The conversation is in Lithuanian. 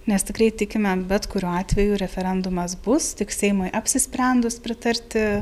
nes tikrai tikime bet kuriuo atveju referendumas bus tik seimui apsisprendus pritarti